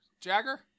Jagger